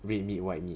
red meat white meat